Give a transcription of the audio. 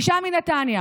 אישה מנתניה,